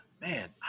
Man